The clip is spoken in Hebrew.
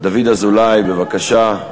דוד אזולאי, בבקשה.